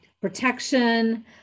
protection